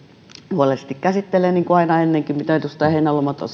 huolellisesti käsittelee niin kuin aina ennenkin mitä edustaja heinäluoma